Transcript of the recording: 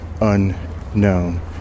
unknown